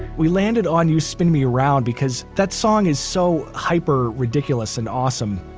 we landed on you spin me round because that song is so hyper ridiculous and awesome.